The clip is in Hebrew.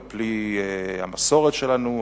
על-פי המסורת שלנו,